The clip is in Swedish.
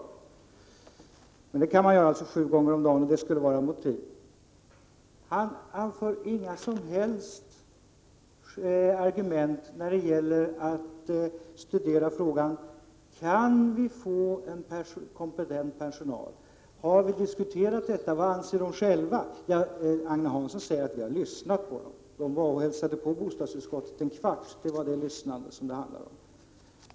Och ett motiv till att det går att flytta skulle alltså vara att det går att resa hit sju gånger per dag. Han anför inga som helst argument när det gäller huruvida vi kan få en kompetent personal. Har vi diskuterat detta? Vad anser de anställda själva? Agne Hansson säger: Vi har lyssnat på dem. De var och hälsade på bostadsutskottet en kvarts timme — det var det lyssnande det handlade om.